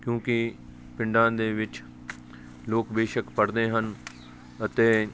ਕਿਉਂਕਿ ਪਿੰਡਾਂ ਦੇ ਵਿੱਚ ਲੋਕ ਬੇਸ਼ੱਕ ਪੜ੍ਹਦੇ ਹਨ ਅਤੇ